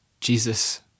Jesus